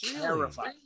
terrified